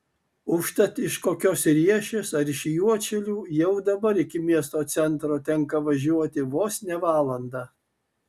užtat iš kokios riešės ar iš juodšilių jau dabar iki miesto centro tenka važiuoti vos ne valandą